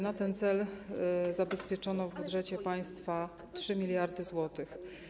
Na ten cel zabezpieczono w budżecie państwa 3 mld zł.